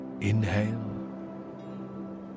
inhale